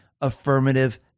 affirmative